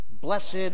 Blessed